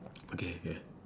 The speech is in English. okay okay